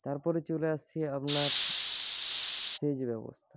তারপরে চলে আসছি আপনার সেচ ব্যবস্থায়